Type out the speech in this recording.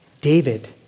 David